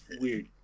weird